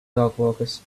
dogwalkers